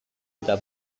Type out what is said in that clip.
eta